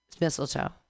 mistletoe